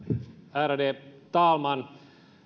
ärade talman